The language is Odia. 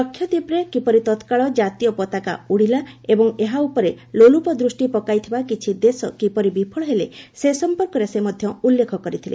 ଲାକ୍ଷାଦ୍ୱୀପରେ କିପରି ତତ୍କାଳ ଜାତୀୟ ପତାକା ଉଡ଼ିଲା ଏବଂ ଏହା ଉପରେ ଲୋଲୁପ ଦୃଷ୍ଟି ପକାଇଥିବା କିଛି ଦେଶ କିପରି ବିଫଳ ହେଲେ ସେ ସମ୍ପର୍କରେ ସେ ମଧ୍ୟ ଉଲ୍ଲେଖ କରିଥିଲେ